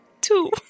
Two